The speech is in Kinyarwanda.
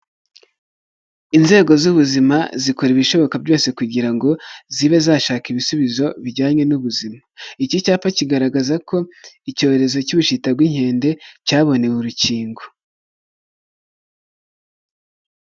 Inzego z'ubuzima zikora ibishoboka byose kugira ngo zibe zashaka ibisubizo bijyanye n'ubuzima, iki cyapa kigaragaza ko icyorezo cy'ubushita bw'inkende cyabonewe urukingo.